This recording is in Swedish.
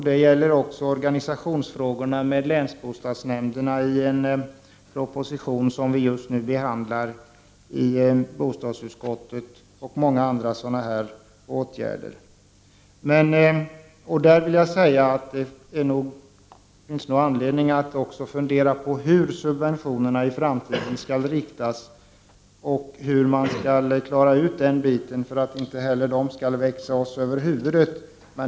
Det gäller organisationsfrågorna — just nu behandlar vi i bostadsutskottet en proposition om länsbostadsnämnderna — och många andra frågor. Där vill jag säga att det finns anledning att fundera på hur subventionerna i framtiden skall riktas och hur vi skall hantera dem så att de inte växer oss över huvudet.